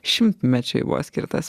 šimtmečiui buvo skirtas